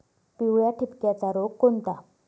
पिवळ्या ठिपक्याचा रोग कोणता?